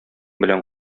белән